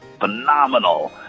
phenomenal